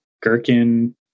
gherkin